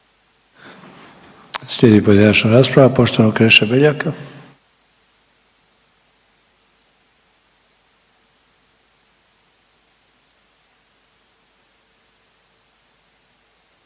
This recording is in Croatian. Slijedi pojedinačna rasprava poštovanog Kreše Beljaka.